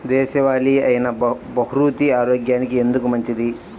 దేశవాలి అయినా బహ్రూతి ఆరోగ్యానికి ఎందుకు మంచిది?